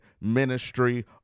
ministry